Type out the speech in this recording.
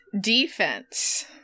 defense